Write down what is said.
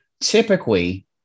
Typically